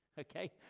Okay